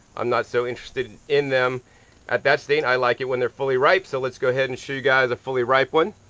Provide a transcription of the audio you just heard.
i'm not so interested in them at that state i like i when they're fully ripe so let's go ahead and show you guys a fully ripe one.